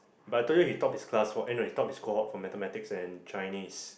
but I told you he top his class for ah no he top his cohort for Mathematics and Chinese